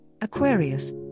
Aquarius